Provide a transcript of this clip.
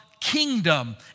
kingdom